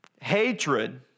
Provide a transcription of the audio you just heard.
hatred